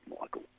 Michael